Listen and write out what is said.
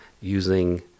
using